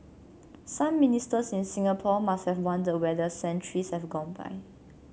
some Ministers in Singapore must have wondered whether centuries have gone by